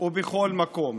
ובכל מקום.